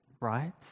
right